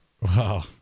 Wow